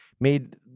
made